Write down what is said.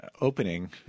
opening